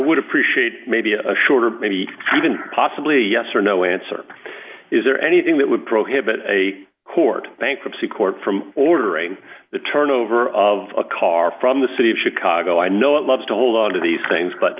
would appreciate maybe a shorter maybe even possibly yes or no answer is there anything that would prohibit a court bankruptcy court from ordering the turnover of a car from the city of chicago i know it loves to hold on to these things but